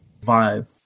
vibe